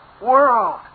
world